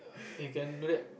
you can do that